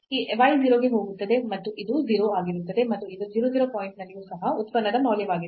ಈ y 0 ಗೆ ಹೋಗುತ್ತದೆ ಮತ್ತು ಇದು 0 ಆಗಿರುತ್ತದೆ ಮತ್ತು ಇದು 0 0 ಪಾಯಿಂಟ್ನಲ್ಲಿಯೂ ಸಹ ಉತ್ಪನ್ನದ ಮೌಲ್ಯವಾಗಿದೆ